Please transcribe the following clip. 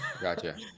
gotcha